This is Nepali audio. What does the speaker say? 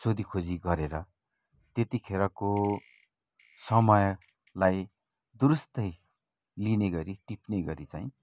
सोधीखोजी गरेर त्यति खेरको समयलाई दुरुस्तै लिने गरी टिक्ने गरी चाहिँ